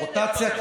רוטציה?